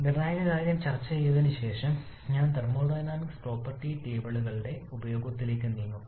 നിർണായക കാര്യം ചർച്ച ചെയ്തതിനുശേഷം ഞാൻ തെർമോഡൈനാമിക് പ്രോപ്പർട്ടി ടേബിളുകളുടെ ഉപയോഗത്തിലേക്ക് നീങ്ങും